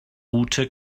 ute